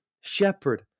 shepherd